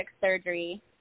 surgery